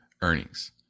earnings